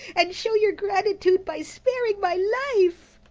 and show your gratitude by sparing my life.